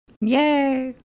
Yay